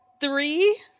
Three